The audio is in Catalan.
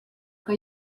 que